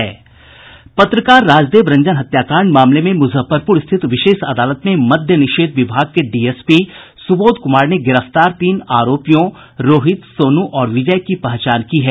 पत्रकार राजदेव रंजन हत्याकांड मामले में मुजफ्फरपुर स्थित विशेष अदालत में मद्य निषेध विभाग के डीएसपी सुबोध कुमार ने गिरफ्तार तीन आरोपियों रोहित सोनू और विजय की पहचान की है